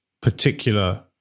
particular